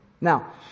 Now